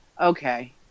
Okay